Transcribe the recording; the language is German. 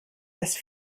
das